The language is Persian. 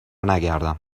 نگردم